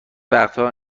وقتها